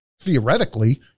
theoretically